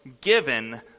given